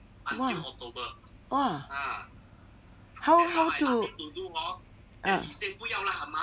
!wah! !wah! how how to ah